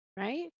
Right